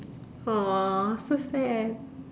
aw so sad